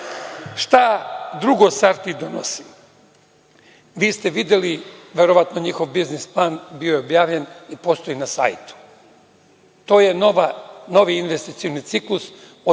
drugo „Sartid“ donosi? Vi ste videli, verovatno, njihov biznis plan, bio je objavljen i postoji na sajtu. To je novi investicioni ciklus od